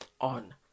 on